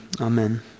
amen